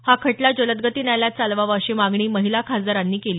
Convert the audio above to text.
हा खटला जलदगती न्यायालयात चालवावा अशी मागणी खासदारांनी केली